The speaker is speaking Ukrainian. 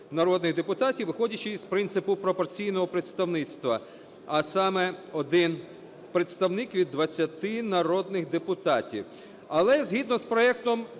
народних депутатів, виходячи із принципу пропорційного представництва, а саме: 1 представник від 20 народних депутатів. Але згідно з проектом